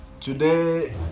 Today